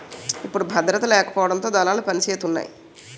ఇప్పుడు భద్రత లేకపోవడంతో దళాలు పనిసేతున్నాయి